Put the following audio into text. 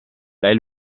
lei